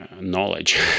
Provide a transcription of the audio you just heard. knowledge